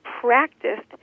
practiced